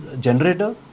generator